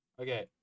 okay